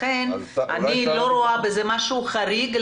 לכן אני לא רואה בזה משהו חריג.